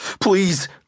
please